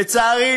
לצערי,